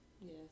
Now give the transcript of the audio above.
Yes